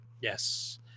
Yes